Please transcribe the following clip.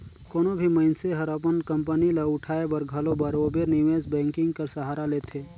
कोनो भी मइनसे हर अपन कंपनी ल उठाए बर घलो बरोबेर निवेस बैंकिंग कर सहारा लेथे